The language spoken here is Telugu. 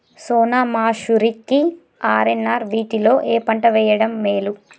సోనా మాషురి కి ఆర్.ఎన్.ఆర్ వీటిలో ఏ పంట వెయ్యడం మేలు?